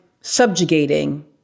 subjugating